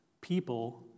people